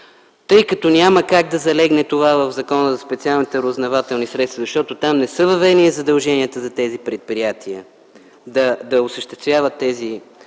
Тъй като това няма как да залегне в Закона за специалните разузнавателни средства, защото там не са въведени задълженията за тези предприятия да осъществяват тези